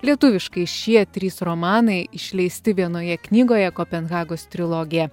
lietuviškai šie trys romanai išleisti vienoje knygoje kopenhagos trilogija